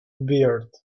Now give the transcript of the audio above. beard